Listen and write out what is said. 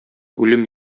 үлем